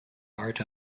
art